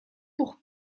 pour